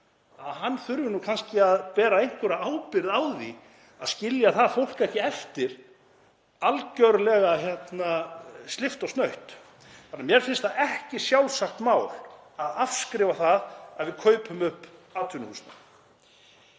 svæðinu þurfi kannski að bera einhverja ábyrgð á því að skilja það fólk ekki eftir algerlega slyppt og snautt? Þannig að mér finnst það ekki sjálfsagt mál að afskrifa það að við kaupum upp